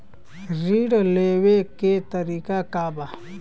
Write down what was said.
ऋण लेवे के तरीका का बा?